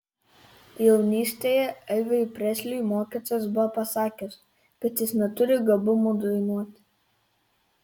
jaunystėje elviui presliui mokytojas buvo pasakęs kad jis neturi gabumų dainuoti